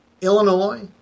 Illinois